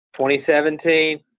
2017